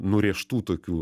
nurėžtų tokių